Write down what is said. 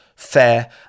fair